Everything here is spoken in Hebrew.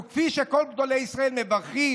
וכפי שכל גדולי ישראל מברכים,